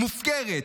מופקרת.